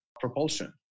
propulsion